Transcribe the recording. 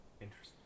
Interesting